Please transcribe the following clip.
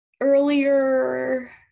earlier